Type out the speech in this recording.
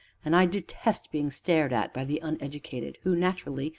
and i detest being stared at by the uneducated, who, naturally,